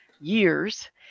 years